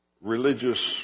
religious